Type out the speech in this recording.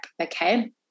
okay